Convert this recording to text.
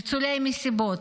ניצולי מסיבות,